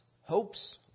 hopes